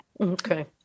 Okay